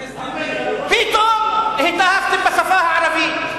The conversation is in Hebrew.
פתאום התאהבתם בשפה הערבית.